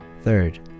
Third